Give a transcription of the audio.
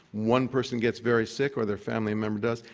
one person gets very sick or their family member does,